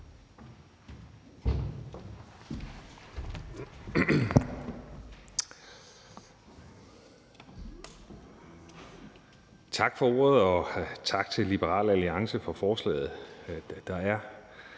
Tak for ordet, og tak til Liberal Alliance for forslaget.